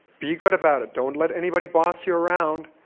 be good about it. don't let anybody boss you around.